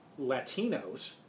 Latinos